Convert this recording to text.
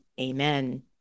Amen